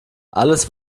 alles